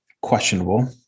questionable